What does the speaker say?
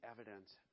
evidence